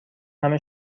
همه